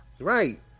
Right